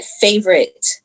favorite